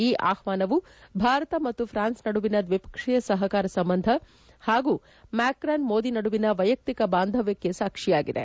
ಈ ಆಪ್ಲಾನವು ಭಾರತ ಮತ್ತು ಫ್ರಾನ್ಸ್ ನಡುವಿನ ದ್ವಿಪಕ್ಷೀಯ ಸಹಕಾರ ಸಂಬಂಧ ಹಾಗೂ ಮ್ಯಾಕ್ರನ್ ಮೋದಿ ನಡುವಿನ ವ್ಲೆಯಕ್ತಿಕ ಬಾಂಧವ್ಯಕ್ಷೆ ಸಾಕ್ಷಿಯಾಗಿದೆ